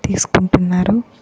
తీసుకుంటున్నారు